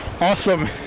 awesome